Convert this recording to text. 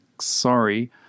Sorry